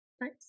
Nice